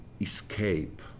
escape